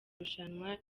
irushanwa